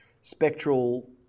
spectral